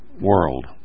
world